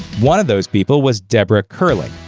one of those people was deborah curling,